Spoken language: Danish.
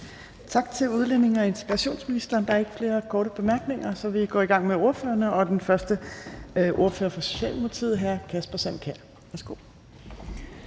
Tak til udlændinge- og integrationsministeren. Der er ikke flere korte bemærkninger. Så vi går i gang med ordførerrækken, og den første ordfører er fra Socialdemokratiet, hr. Kasper Sand Kjær.